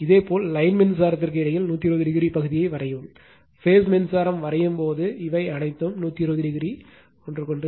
இதேபோல் லைன் மின்சாரத்திற்கு இடையில் 120o பகுதியை வரையவும் பேஸ் மின்சாரம் வரையும்போது இவை அனைத்தும் 120o